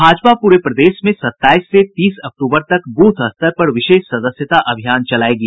भाजपा पूरे प्रदेश में सत्ताईस से तीस अक्टूबर तक बूथ स्तर पर विशेष सदस्यता अभियान चलायेगी